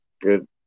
Good